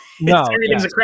no